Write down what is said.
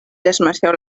desmarxeu